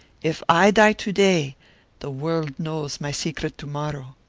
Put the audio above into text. if i die to-day, the world knows my secret to-morrow.